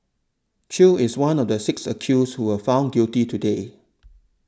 Chew is one of the six accused who was found guilty today